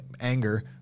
anger